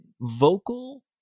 vocal